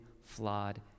flawed